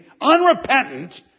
unrepentant